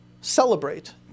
celebrate